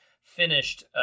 finished